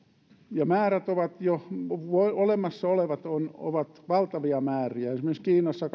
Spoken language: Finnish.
jo olemassa olevat määrät ovat valtavia esimerkiksi kiinassa